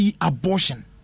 Abortion